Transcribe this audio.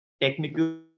technical